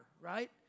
right